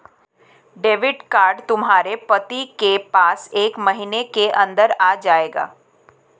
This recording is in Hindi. डेबिट कार्ड तुम्हारे पति के पास एक महीने के अंदर आ जाएगा